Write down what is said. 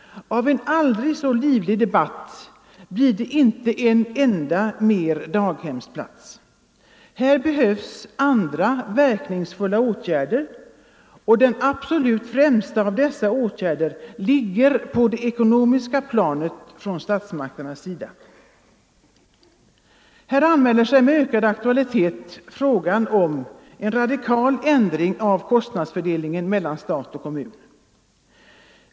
Av en aldrig så livlig debatt blir det inte en enda daghemsplats ytterligare. Här behövs andra verkningsfulla åtgärder, och den absolut främsta av dessa åtgärder ligger på det ekonomiska planet från statsmakternas sida. Här anmäler sig med ökad aktualitet frågan om en radikalt ändrad kostnadsfördelning mellan stat och kommun.